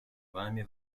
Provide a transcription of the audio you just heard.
вами